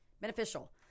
beneficial